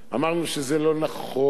אמרנו שזה לא נכון,